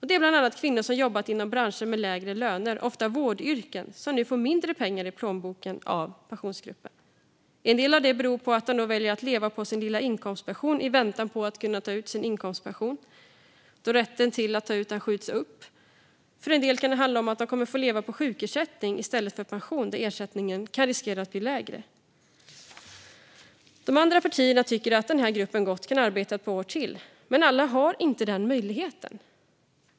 Det är bland annat kvinnor som har jobbat inom branscher med lägre löner - ofta i vårdyrken - som nu får mindre pengar i plånboken av Pensionsgruppen. En del av detta beror på att de väljer att leva på sin lilla inkomstpension i väntan på att kunna ta ut sin garantipension, då rätten till att ta ut den skjuts upp. För en del kan det handla om att de kommer att få leva på sjukersättning i stället för pension, och ersättningen riskerar då att bli lägre. De andra partierna tycker att den här gruppen gott kan arbeta ett par år till. Men alla har inte den möjligheten.